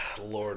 Lord